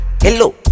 hello